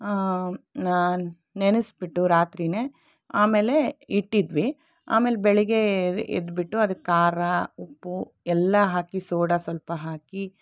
ನೆನಸಿಬಿಟ್ಟು ರಾತ್ರಿನೇ ಆಮೇಲೆ ಇಟ್ಟಿದ್ವಿ ಆಮೇಲೆ ಬೆಳಿಗ್ಗೆ ಎದ್ಬಿಟ್ಟು ಅದಿಕ್ಕೆ ಖಾರ ಉಪ್ಪು ಎಲ್ಲ ಹಾಕಿ ಸೋಡಾ ಸ್ವಲ್ಪ ಹಾಕಿ